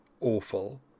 awful